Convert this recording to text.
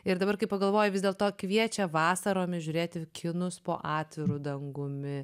ir dabar kai pagalvoji vis dėlto kviečia vasaromis žiūrėti kinus po atviru dangumi